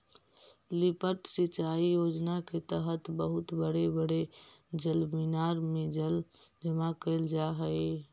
lift सिंचाई योजना के तहत बहुत बड़े बड़े जलमीनार में जल जमा कैल जा हई